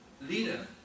leader